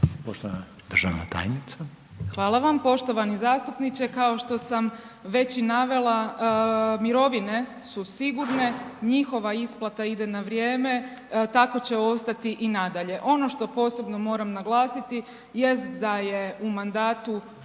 **Burić, Majda (HDZ)** Hvala vam poštovani zastupniče. Kao što sam već i navela, mirovine su sigurne, njihova isplata ide na vrijeme, tako će ostati i nadalje. Ono što posebno moram naglasiti jest da je u mandatu